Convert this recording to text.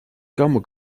გამო